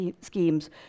schemes